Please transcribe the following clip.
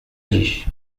dziś